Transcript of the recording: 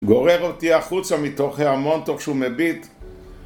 גורר אותי החוצה מתוך ההמון תוך שהוא מביט